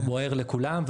הוא בוער לכולם.